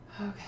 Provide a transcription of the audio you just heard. okay